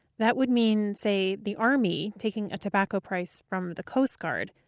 that would mean say, the army, taking a tobacco price from the coast guard,